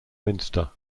minster